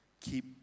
Keep